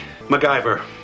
macgyver